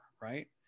right